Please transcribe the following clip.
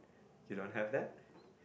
you don't have that